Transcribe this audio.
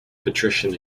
patrician